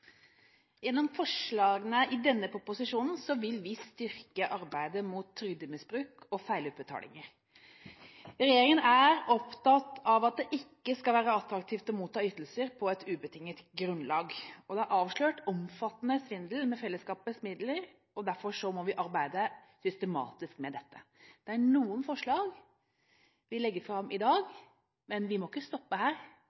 Gjennom forslagene i denne proposisjonen vil vi styrke arbeidet mot trygdemisbruk og feilutbetalinger. Regjeringen er opptatt av at det ikke skal være attraktivt å motta ytelser på uberettiget grunnlag. Det er avslørt omfattende svindel med fellesskapets midler, og derfor må vi arbeide systematisk med dette. Noen forslag legger vi fram i